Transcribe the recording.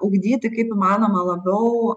ugdyti kaip įmanoma labiau